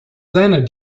seiner